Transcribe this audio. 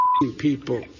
People